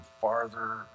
farther